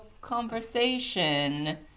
conversation